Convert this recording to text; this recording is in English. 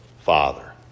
father